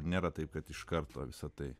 nėra taip kad iš karto visa tai